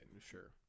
Sure